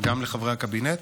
גם לחברי הקבינט,